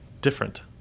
different